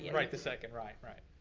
yeah right this second, right right.